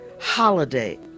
holiday